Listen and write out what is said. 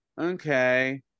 okay